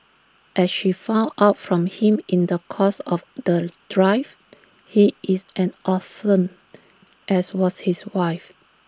as she found out from him in the course of the drive he is an orphan as was his wife